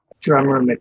Drummer